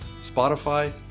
Spotify